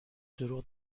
دروغ